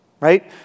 right